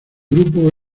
grupo